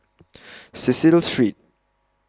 Cecil Street